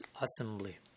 assembly